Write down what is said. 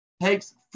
takes